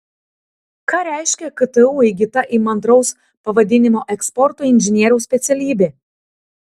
ką reiškia ktu įgyta įmantraus pavadinimo eksporto inžinieriaus specialybė